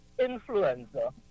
influenza